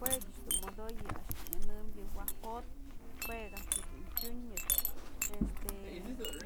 Jue ëch dun modoyë a'ax dun nyënëm yë waj jo'ot, juek a'ax dun tyun este